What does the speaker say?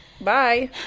bye